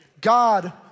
God